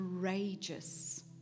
courageous